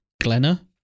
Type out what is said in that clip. Glenna